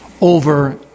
over